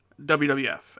WWF